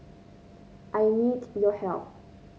I need your help